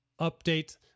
update